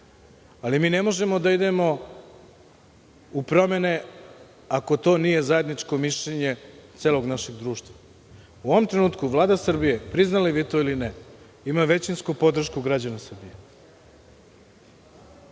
me ne možemo da idemo u promene ako to nije zajedničko mišljenje celog našeg društva. U ovom trenutku Vlada Srbije priznali vi to ili ne ima većinsku podršku građana Srbije